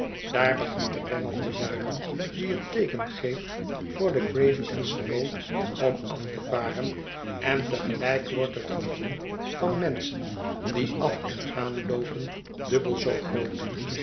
daar begint de bengel te luiden die het teeken geeft voor de gravesendsche boot om af te varen en te gelijk wordt het gewoel van menschen die af en aanloopen dubbel zoo groot